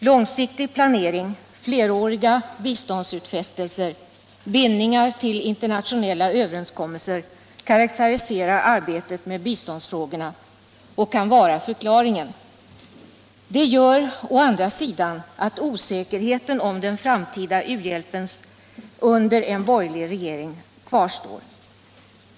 Långsiktig planering, fleråriga biståndsutfästelser och bindningar till internationella överenskommelser karakteriserar arbetet med biståndsfrågorna och kan vara förklaringen. Det gör å andra sidan att osäkerheten om den framtida uhjälpen under en borgerlig regering kvarstår.